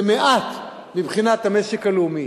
זה מעט מבחינת המשק הלאומי,